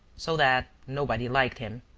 so that nobody liked him.